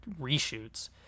reshoots